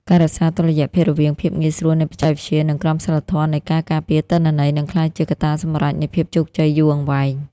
ការរក្សាតុល្យភាពរវាងភាពងាយស្រួលនៃបច្ចេកវិទ្យា និងក្រមសីលធម៌នៃការការពារទិន្នន័យ នឹងក្លាយជាកត្តាសម្រេចនៃភាពជោគជ័យយូរអង្វែង។